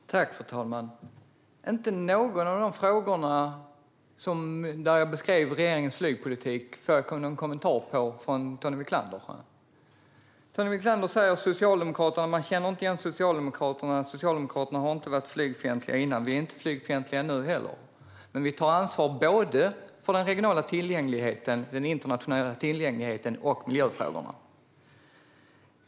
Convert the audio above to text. Fru talman! Inte någon av de frågor där jag beskrev regeringens flygpolitik fick jag någon kommentar till från Tony Wiklander. Tony Wiklander säger att han inte känner igen Socialdemokraterna och att Socialdemokraterna inte har varit flygfientliga innan. Vi är inte flygfientliga nu heller. Men vi tar ansvar för såväl den regionala och internationella tillgängligheten som miljöfrågorna.